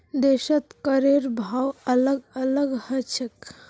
देशत करेर भाव अलग अलग ह छेक